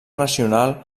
nacional